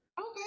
Okay